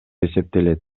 эсептелет